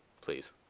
please